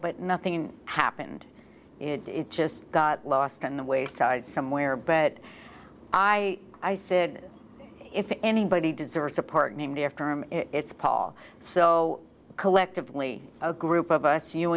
but nothing happened it just got lost in the wayside somewhere but i i said if anybody deserves a partner after him it's paul so collectively a group of us you